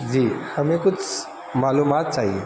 جی ہمیں کچھ معلومات چاہیے